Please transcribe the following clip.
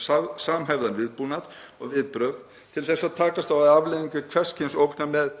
samhæfðan viðbúnað og viðbrögð til þess að takast á við afleiðingar hvers kyns ógna við